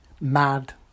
mad